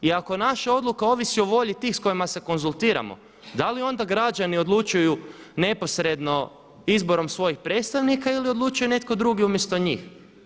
I ako naša odluka ovisi o volji tih s kojima se konzultiramo da li onda građani odlučuju neposredno izborom svojih predstavnika ili odlučuje netko drugi umjesto njih?